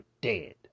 dead